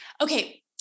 okay